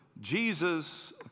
Jesus